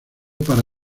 para